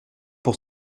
pour